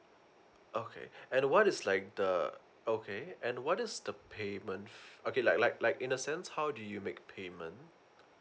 okay and what is like the okay and what is the payment okay like like like in the sense how do you make payment